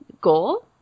goal